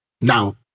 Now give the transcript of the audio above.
Now